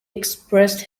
expressed